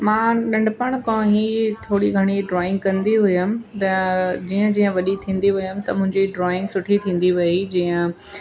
मां नंढिपुण खां ई थोरी घणी ड्रॉइंग कंदी हुयमि जीअं जीअं वॾी थींदी वयमि त मुंहिंजी ड्रॉइंग सुठी थींदी वयी जीअं